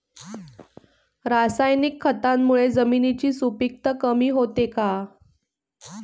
रासायनिक खतांमुळे जमिनीची सुपिकता कमी होते का?